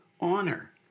honor